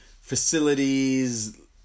facilities